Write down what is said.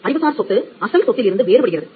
அறிவுசார் சொத்து அசல் சொத்திலிருந்து வேறுபடுகிறது